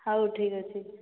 ହଉ ଠିକ୍ ଅଛି